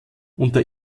unter